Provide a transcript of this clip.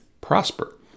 prosper